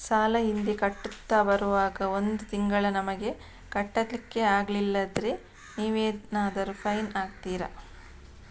ಸಾಲ ಹಿಂದೆ ಕಟ್ಟುತ್ತಾ ಬರುವಾಗ ಒಂದು ತಿಂಗಳು ನಮಗೆ ಕಟ್ಲಿಕ್ಕೆ ಅಗ್ಲಿಲ್ಲಾದ್ರೆ ನೀವೇನಾದರೂ ಫೈನ್ ಹಾಕ್ತೀರಾ?